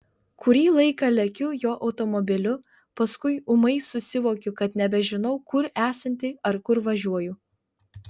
kurį laiką lekiu jo automobiliu paskui ūmai susivokiu kad nebežinau kur esanti ar kur važiuoju